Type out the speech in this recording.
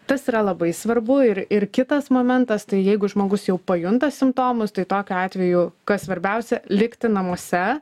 tas yra labai svarbu ir ir kitas momentas tai jeigu žmogus jau pajunta simptomus tai tokiu atveju kas svarbiausia likti namuose